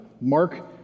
Mark